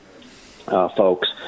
folks